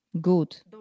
Good